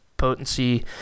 potency